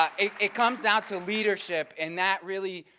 um it comes down to leadership and that really,